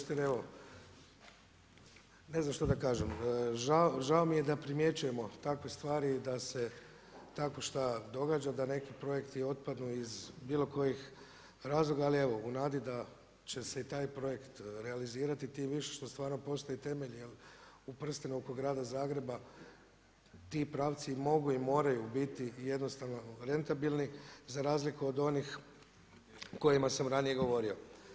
Kolega Stier, evo ne znam što da kažem, žao mi je da primjećujemo takve stvari i da se takvo šta događa, da neki projekti otpadnu iz bilo kojih razloga ali evo u nadi da će se i taj projekt realizirati, tim više što stvarno postoje i temelji jer u prstenu oko grada Zagreba ti pravci mogu i moraju biti i jednostavno rentabilni za razliku od onih o kojima sam ranije govorio.